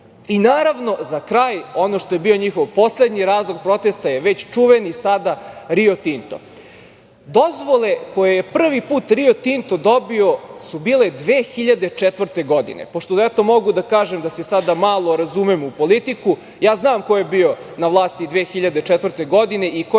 godina. Naravno, za kraj, ono što je bio njihov poslednji razlog protesta je već sada čuveni "Rio Tinto". Dozvole koje je prvi put "Rio Tinto" dobio su bile 2004. godine. Pošto mogu da kažem da se sada malo razumem u politiku, ja znam ko je bio na vlasti 2004. godine i ko je dao te